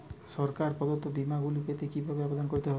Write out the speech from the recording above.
সরকার প্রদত্ত বিমা গুলি পেতে কিভাবে আবেদন করতে হবে?